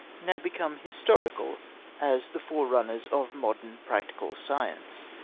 now become historical as the forerunners of modern practical science.